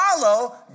follow